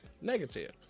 negative